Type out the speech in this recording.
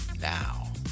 Now